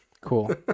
Cool